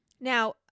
now